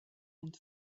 and